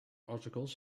articles